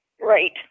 Right